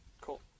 Cool